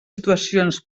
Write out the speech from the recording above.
situacions